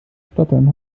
stottern